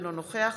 אינו נוכח